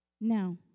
Now